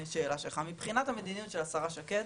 מבחינת המדיניות של השרה שקד,